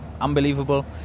unbelievable